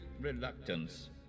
reluctance